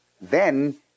Then-